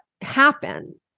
happen